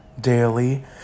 daily